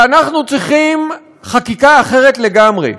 ואנחנו צריכים חקיקה אחרת לגמרי,